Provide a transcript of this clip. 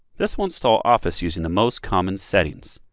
this will install office using the most common settings.